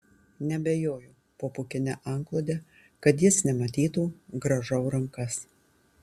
neabejoju po pūkine antklode kad jis nematytų grąžau rankas